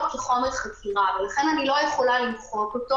כחומר חקירה ולכן אני לא יכולה למחוק אותו.